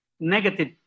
negative